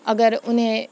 اگر انہیں